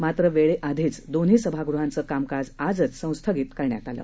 मात्र वेळे आधीच दोन्ही सभागृहाचं कामकाज आजच संस्थगित करण्यात आलं